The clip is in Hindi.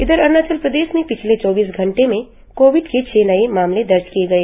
इधर अरुणाचल प्रदेश में पिछले चौबीस घंटे में कोविड के छह नए मामले दर्ज किये गए